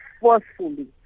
forcefully